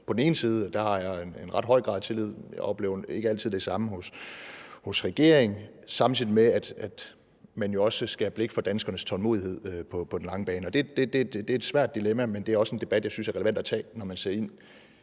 På den ene side er der en ret høj grad af tillid – jeg oplever ikke altid det samme hos regeringen – og på den anden side skal man også have blik for danskernes tålmodighed på den lange bane. Det er et svært dilemma, men det er også en debat, jeg synes er relevant at tage, når man ser ind